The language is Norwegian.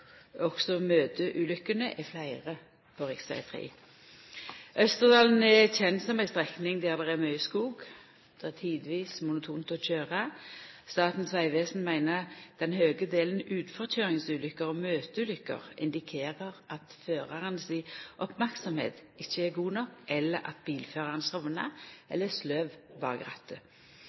Også møteulykkene er fleire på rv. Østerdalen er kjend som ei strekning der det er mykje skog, og det er tidvis monotont å køyra. Statens vegvesen meiner den høge delen utforkøyringsulykker og møteulykker indikerer at merksemda til føraren ikkje er god nok, eller at bilføraren sovnar eller er sløv